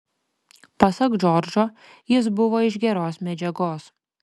pasak džordžo jis buvo iš geros medžiagos